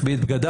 החביא את בגדיו,